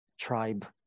tribe